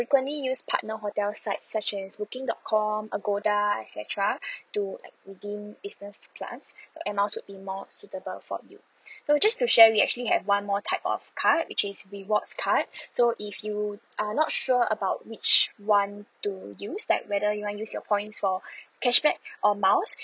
frequently use partner hotel sites such as booking dot com agoda et cetera to like redeem business class air miles would be more suitable for you so just to share we actually have one more type of card which is rewards card so if you are not sure about which one to use like whether you want to use your points for cashback or miles